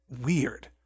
weird